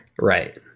Right